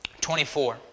24